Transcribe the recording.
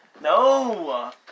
No